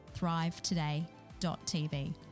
thrivetoday.tv